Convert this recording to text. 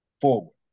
forward